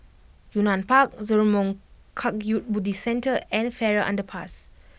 Yunnan Park Zurmang Kagyud Buddhist Centre and Farrer Underpass